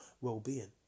well-being